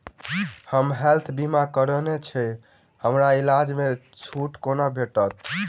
हम हेल्थ बीमा करौने छीयै हमरा इलाज मे छुट कोना भेटतैक?